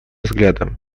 взглядом